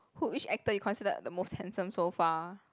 who which actor you consider the most handsome so far